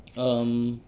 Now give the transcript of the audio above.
um